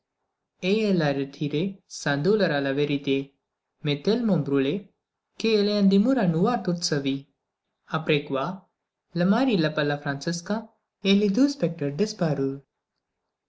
sans douleur à la vérité mais tellement brûlée qu'elle en demeura noire toute sa vie après quoi le mari rappella le franciscain et les deux spectres